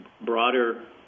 broader